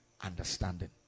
understanding